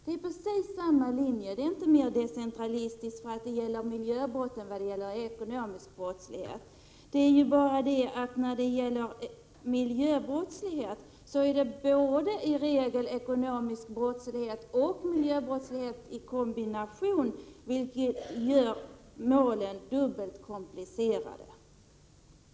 Det är inte mer decentralistiskt, därför att det gäller miljöbrott i stället för ekonomisk brottslighet. Det är bara det att det vid miljöbrott i regel är fråga om ekonomisk brottslighet och miljöbrottslighet i kombination, vilket Prot. 1987/88:94 gör målen dubbelt så komplicerade.